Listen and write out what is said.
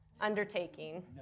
undertaking